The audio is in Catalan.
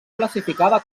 classificada